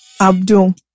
Abdul